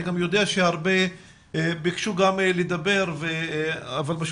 אני גם יודע שעוד הרבה ביקשו לדבר אבל אנחנו